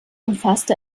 umfasste